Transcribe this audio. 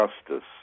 justice